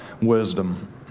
wisdom